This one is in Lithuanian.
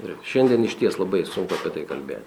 ir šiandien išties labai sunku apie tai kalbėt